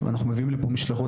אנחנו מביאים לפה משלחות,